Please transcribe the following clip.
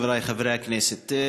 חברי חברי הכנסת,